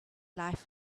life